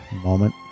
moment